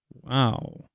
Wow